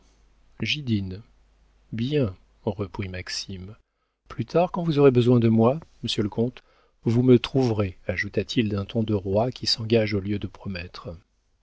j'y dîne bien reprit maxime plus tard quand vous aurez besoin de moi monsieur le comte vous me trouverez ajouta-t-il d'un ton de roi qui s'engage au lieu de promettre